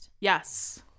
Yes